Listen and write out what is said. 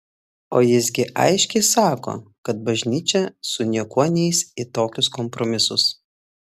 o jis gi aiškiai sako kad bažnyčia su niekuo neis į tokius kompromisus